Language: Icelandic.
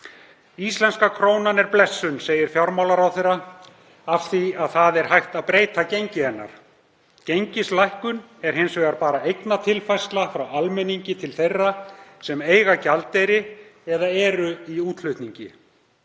„Íslenska krónan er blessun segir fjármálaráðherra af því að það er hægt að breyta gengi hennar. Gengislækkun er hins vegar bara eignatilfærsla frá almenningi til þeirra sem eiga gjaldeyri eða eru í útflutningi.